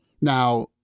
Now